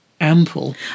ample